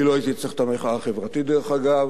אני לא הייתי צריך את המחאה החברתית, דרך אגב,